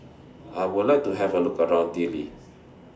I Would like to Have A Look around Dili